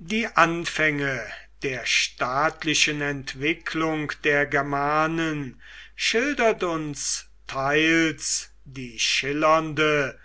die anfänge der staatlichen entwicklung der germanen schildert uns teils die schillernde